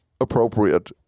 appropriate